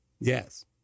Yes